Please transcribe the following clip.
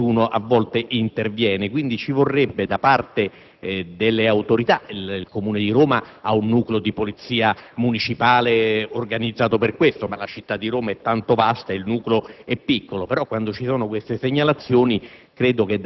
un'attenzione maggiore da parte delle autorità. Il Comune di Roma ha un nucleo di polizia municipale organizzato per questo, ma la città di Roma è vasta e il nucleo è piccolo; però, quando vi sono queste segnalazioni